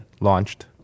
launched